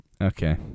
Okay